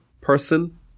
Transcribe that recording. person